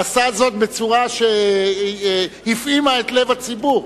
עשה זאת בצורה שהפעימה את לב הציבור.